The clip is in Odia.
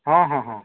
ହଁ ହଁ ହଁ